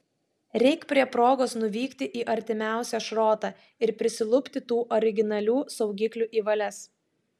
reik prie progos nuvykti į artimiausią šrotą ir prisilupti tų originalių saugiklių į valias